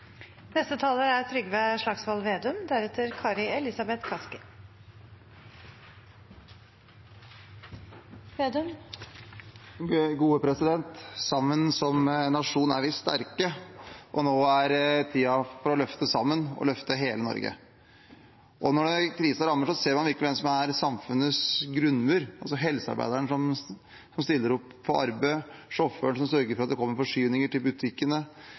som nasjon er vi sterke, og nå er det tid for å løfte sammen og løfte hele Norge. Når krisen rammer oss, ser man virkelig hvem som utgjør samfunnets grunnmur – helsearbeideren som stiller opp på arbeid, sjåføren som sørger for at det kommer forsyninger til butikkene,